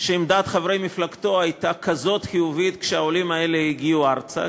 שעמדת חברי מפלגתו הייתה כזאת חיובית כשהעולים האלה הגיעו ארצה,